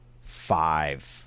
five